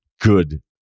good